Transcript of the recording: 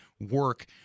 work